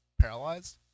paralyzed